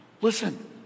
Listen—